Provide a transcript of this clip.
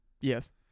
Yes